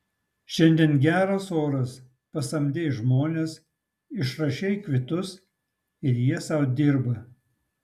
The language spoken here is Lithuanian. šiandien geras oras pasamdei žmones išrašei kvitus ir jie sau dirba